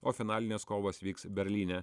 o finalinės kovos vyks berlyne